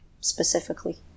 specifically